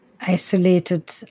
isolated